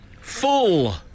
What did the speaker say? Full